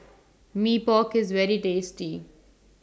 Mee Pok IS very tasty